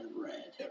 red